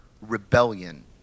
rebellion